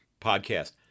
podcast